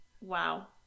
Wow